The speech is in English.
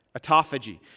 Autophagy